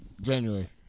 January